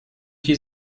die